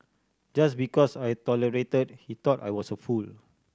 just because I tolerated he thought I was a fool